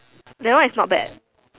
that one is not bad